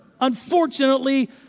Unfortunately